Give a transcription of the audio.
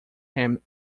him